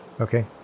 Okay